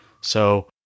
So-